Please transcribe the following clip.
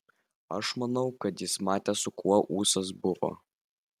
aš manau kad jis matė su kuo ūsas buvo